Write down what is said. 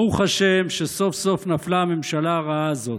ברוך השם שסוף-סוף נפלה הממשלה הרעה הזאת.